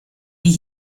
die